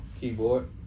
keyboard